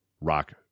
rock